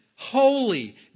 Holy